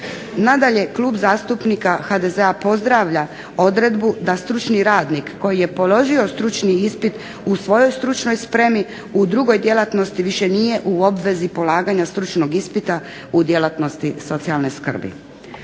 Nadalje, Klub zastupnika HDZ-a pozdravlja odredbu da stručni radnik koji je položio stručni ispit u svojoj stručnoj spremi u drugoj djelatnosti više nije u obvezi polaganja stručnog ispita u djelatnosti socijalne skrbi.